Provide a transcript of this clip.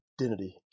identity